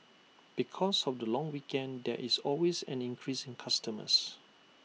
because of the long weekend there is always an increase in customers